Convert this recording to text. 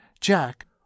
Jack